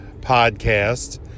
Podcast